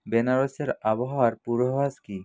বেনারসের আবহাওয়ার পূর্বাভাস কী